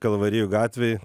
kalvarijų gatvėj